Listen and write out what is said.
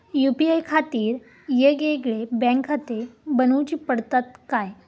UPI खातीर येगयेगळे बँकखाते बनऊची पडतात काय?